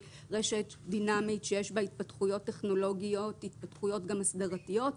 רשת דינמית שיש בה התפתחויות טכנולוגיות וגם התפתחויות הסדרתיות,